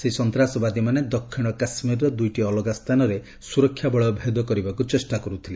ସେହି ସନ୍ତାସବାଦୀମାନେ ଦକ୍ଷିଣ କାଶ୍କୀର୍ର ଦୁଇଟି ଅଲଗା ସ୍ଥାନରେ ସ୍ରରକ୍ଷା ବଳୟ ଭେଦ କରିବାକୁ ଚେଷ୍ଟା କରୁଥିଲେ